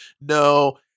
no